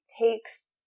takes